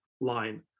line